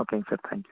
ஓகேங்க sir thank you